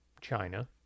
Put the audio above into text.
China